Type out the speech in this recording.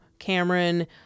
Cameron